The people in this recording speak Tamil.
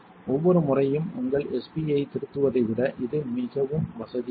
ஒவ்வொரு முறையும் உங்கள் SP ஐ திருத்துவதை விட இது மிகவும் வசதியானது